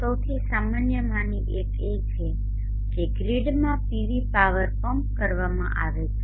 સૌથી સામાન્યમાંની એક એ છે કે ગ્રીડમાં PV પાવર પંપ કરવામાં આવે છે